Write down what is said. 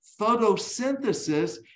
photosynthesis